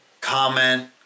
comment